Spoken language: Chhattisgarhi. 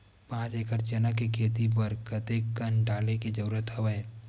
पांच एकड़ चना के खेती बर कते कन डाले के जरूरत हवय?